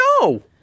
No